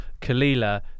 Kalila